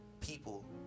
people